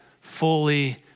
fully